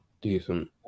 Decent